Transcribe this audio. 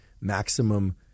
maximum